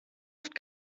oft